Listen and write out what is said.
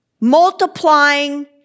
multiplying